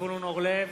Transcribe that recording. זבולון אורלב,